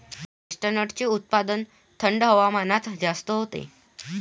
चेस्टनटचे उत्पादन थंड हवामानात जास्त होते